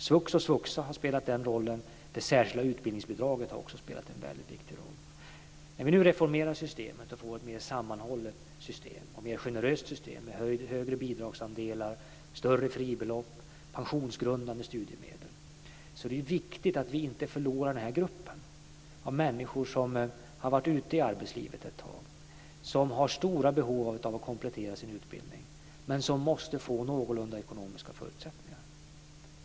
Svux och svuxa har spelat en roll, och det särskilda utbildningsbidraget har också spelat en väldigt viktig roll. När vi nu reformerar systemet och får ett mer sammanhållet system och ett mer generöst system med högre bidragsandelar, större fribelopp och pensionsgrundande studiemedel är det viktigt att vi inte förlorar den här gruppen. Det är människor som har varit ute i arbetslivet ett tag och som har stora behov av att komplettera sin utbildning. Men de måste få någorlunda ekonomiska förutsättningar.